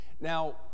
Now